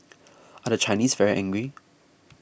are the Chinese very angry